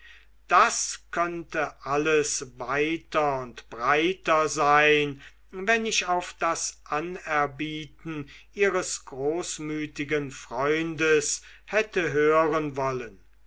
das könnte alles weiter und breiter sein wenn ich auf das anerbieten ihres großmütigen freundes hätte hören wollen